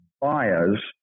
buyers